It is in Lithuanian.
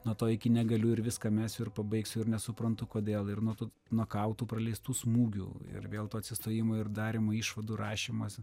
nuo to iki negaliu ir viską mesiu ir pabaigsiu ir nesuprantu kodėl ir nu tu nokautų praleistų smūgių ir vėl to atsistojimo ir darymo išvadų rašymas